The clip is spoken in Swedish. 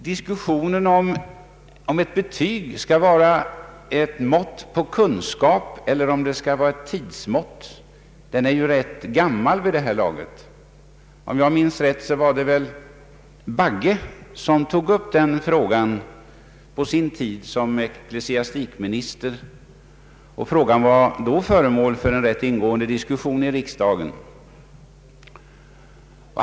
Diskussionen huruvida ett betyg skall vara ett mått på kunskap eller om det skall vara ett tidsmått är vid det här laget rätt gammal. Om jag minns rätt tog herr Bagge under sin tid som ecklesiastikminister upp frågan, som då blev föremål för en rätt ingående diskussion i riksdagen.